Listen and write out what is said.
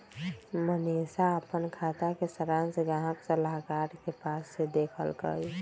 मनीशा अप्पन खाता के सरांश गाहक सलाहकार के पास से देखलकई